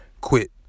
quit